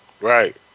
Right